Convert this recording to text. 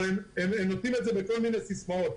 אבל הם נותנים את זה בכל מיני סיסמאות.